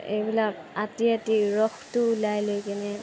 এইবিলাক আতি আতি ৰসতো ওলাই লৈ কেনে